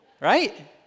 right